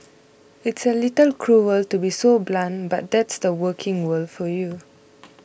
it's a little cruer to be so blunt but that's the working world for you